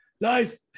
Nice